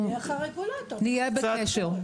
נהיה בקשר.